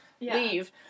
Leave